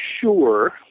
sure